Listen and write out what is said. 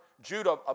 Judah